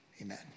Amen